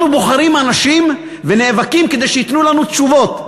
אנחנו בוחרים אנשים ונאבקים כדי שייתנו לנו תשובות,